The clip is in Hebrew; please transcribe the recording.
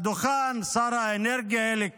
לדוכן שר האנרגיה אלי כהן,